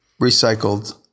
recycled